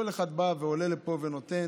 כל אחד בא ועולה לפה ונותן,